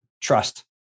trust